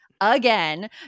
again